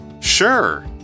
Sure